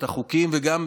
את החוקים וגם,